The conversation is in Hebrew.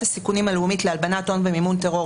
הסיכונים הלאומית להלבנת הון ומימון טרור.